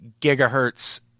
gigahertz